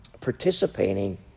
participating